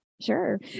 sure